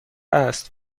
است